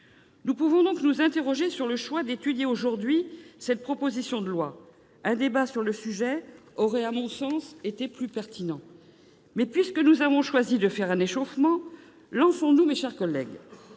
Nous pouvons donc nous interroger sur le choix d'étudier aujourd'hui cette proposition de loi. Un débat sur le sujet aurait à mon sens était plus pertinent. Mais puisque nous avons choisi de faire un échauffement, lançons-nous, mes chers collègues